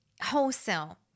wholesale